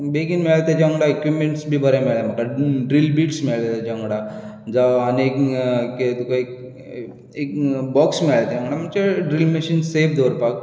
बेगीन मेळ्ळें तेचे वांगडा एक्वीपमॅंट्स बी बरे मेळ्ळें म्हाका ड्रील बीड्स मेळ्ळे तेचे वांगडा जावं आनीक कितें तुका एक बॉक्स मेळ्ळें तेचे वांगडा म्हणचे ड्रील मॅशीन सेफ दवरपाक